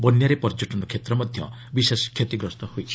ବନ୍ୟାରେ ପର୍ଯ୍ୟଟନ କ୍ଷେତ୍ର ମଧ୍ୟ ବିଶେଷ କ୍ଷତିଗ୍ରସ୍ତ ହୋଇଛି